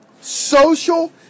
Social